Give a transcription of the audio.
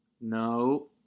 No